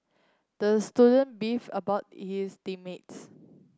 the student beef about his team mates